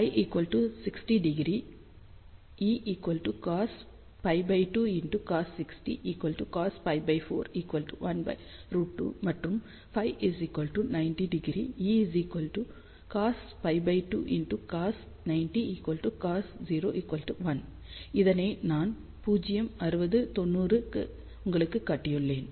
எனவே cos π2 0 Φ 60° E cos π2cos60 cos π4 1√2 மற்றும் Φ 90° E cos π2cos 90 cos 1 இதனை நான் 0 60 90 க்கு உங்களுக்குக் காட்டியுள்ளேன்